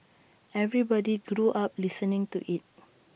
everybody grew up listening to IT